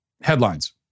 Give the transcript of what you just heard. headlines